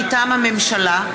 מטעם הממשלה,